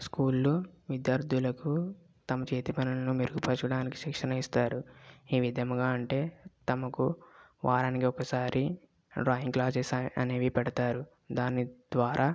స్కూల్లో విద్యార్థులకు తమ చేతి పనులను మెరుగుపరచడానికి శిక్షణ ఇస్తారు ఏ విధంగా అంటే తమకు వారానికి ఒకసారి డ్రాయింగ్ క్లాసెస్ అనేవి పెడతారు దాని ద్వారా